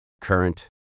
current